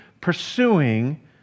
pursuing